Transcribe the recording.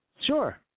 Sure